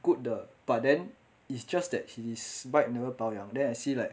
good 的 but then it's just that his bike never 保养 then I see like